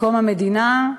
מקום המדינה,